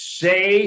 say